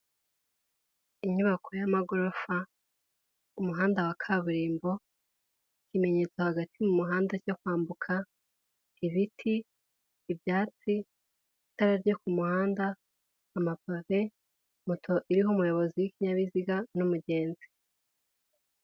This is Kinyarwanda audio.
Inyubako y'amagorofa, umuhanda wa kaburimbo, ikimenyetso hagati mu muhanda cyo kwambuka, ibiti, ibyatsi, itara ryo ku muhanda, amapave, moto iriho umuyobozi w'ikinyabiziga n'umugenzi.